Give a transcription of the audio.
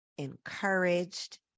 encouraged